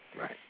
Right